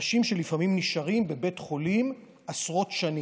אנשים שלפעמים נשארים בבית חולים עשרות שנים.